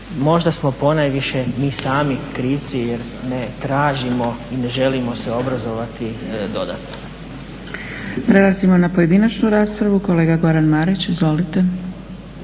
Možda smo ponajviše mi sami krivci jer ne tražimo i ne želimo se obrazovati dodatno.